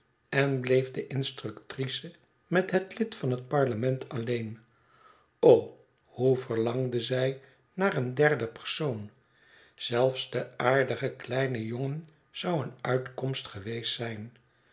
en bleef de institutrice met het lid van het parlement alleen hoe verlangde zij naar een derden persoon zelfs de aardige kleine jongen zou een uitkomst geweest zijn